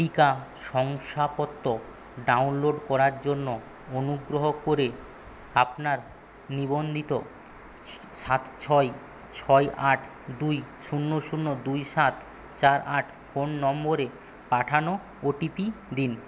টিকা শংসাপত্র ডাউনলোড করার জন্য অনুগ্রহ করে আপনার নিবন্ধিত সাত ছয় ছয় আট দুই শূন্য শূন্য দুই সাত চার আট ফোন নম্বরে পাঠানো ওটিপি দিন